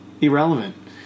irrelevant